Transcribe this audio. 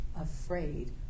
afraid